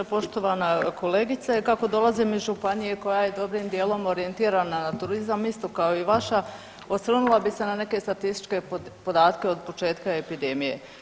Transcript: Poštovana kolegice, kako dolazim iz županije koja je dobrim dijelom orijentirana na turizam, isto kao i vaša, osvrnula bih se na neke statističke podatke od početka epidemije.